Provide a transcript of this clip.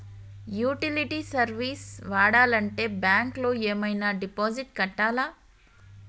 Utility service వాడాలంటే bank లో ఏమైనా డిపాజిట్ కట్టాలా?